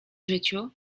życiu